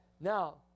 Now